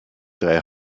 drei